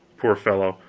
poor fellow,